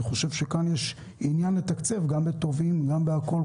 יש עניין לתקצב גם בתובעים ובהכול.